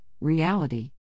reality